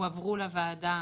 הועברו לוועדה,